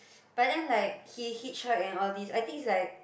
but then like he hitch hike and all these I think it's like